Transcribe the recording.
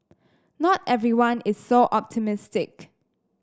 not everyone is so optimistic